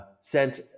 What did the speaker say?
sent –